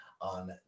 on